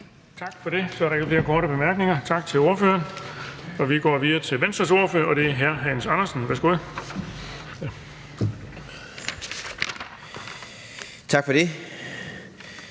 Tak for det. Der er ikke flere korte bemærkninger. Tak til ordføreren. Vi går videre til Alternativets ordfører, og det er hr. Torsten Gejl. Værsgo. Kl.